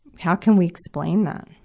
how can we explain that?